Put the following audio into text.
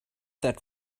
that